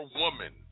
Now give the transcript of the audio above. woman